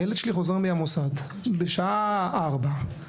הילד שלי חוזר מהמוסד בשעה ארבע,